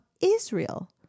Israel